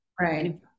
Right